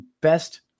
best